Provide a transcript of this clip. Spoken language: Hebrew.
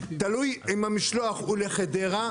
תלוי אם המשלוח הוא לחדרה,